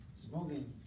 smoking